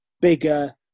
bigger